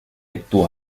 actua